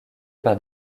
par